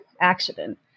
accident